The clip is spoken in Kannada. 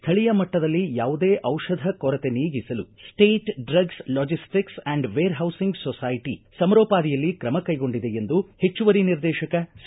ಸ್ಥಳೀಯ ಮಟ್ಟದಲ್ಲಿ ಯಾವುದೇ ದಿಷಧ ಕೊರತೆ ನೀಗಿಸಲು state drugs logistics and warehousing society ಸಮರೋಪಾದಿಯಲ್ಲಿ ಕ್ರಮ ಕೈಗೊಂಡಿದೆ ಎಂದು ಹೆಚ್ಚುವರಿ ನಿರ್ದೇಶಕ ಸಿ